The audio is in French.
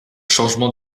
changement